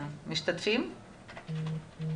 יש לי